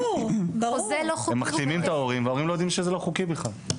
הם מחתימים את ההורים וההורים לא יודעים שזה לא חוקי בכלל.